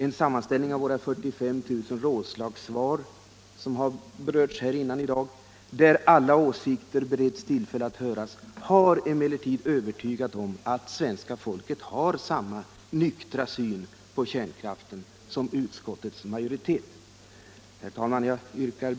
En sammanställning av våra 45 000 rådslagssvar — som har berörts tidigare i dag — där alla åsikter beretts tillfälle att vädras, har emellertid övertygat om att svenska folket har samma nyktra syn på kärnkraften som utskottets majoritet.